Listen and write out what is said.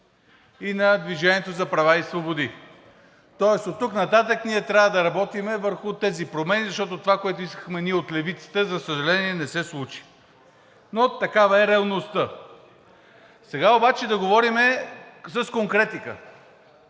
и на „Движение за права и свободи“, тоест оттук нататък ние трябва да работим върху тези промени, защото това, което искахме ние от левицата, за съжаление, не се случи, но такава е реалността. Сега обаче да говорим с конкретика.